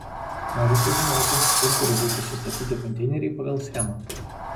noriu sužinoti kur turi būtų sustatyti konteineriai pagal schemą